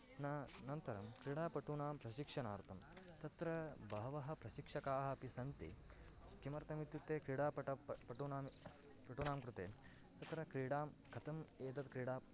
न अनन्तरं क्रीडा पटूनां प्रशिक्षणार्थं तत्र बहवः प्रशिक्षकाः अपि सन्ति किमर्थमित्युक्ते क्रीडा पटवः पटूनां पटूनां कृते तत्र क्रीडां कथम् एतां क्रीडां